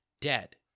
dead